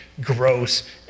gross